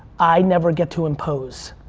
i never get to impose.